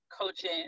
coaching